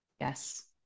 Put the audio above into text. Yes